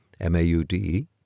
M-A-U-D-E